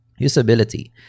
Usability